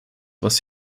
was